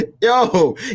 yo